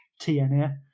TNA